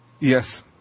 yes